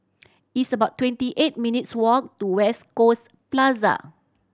it's about twenty eight minutes' walk to West Coast Plaza